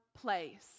place